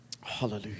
Hallelujah